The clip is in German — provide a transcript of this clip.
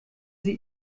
sie